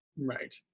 Right